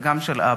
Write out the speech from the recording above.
וגם של אבא,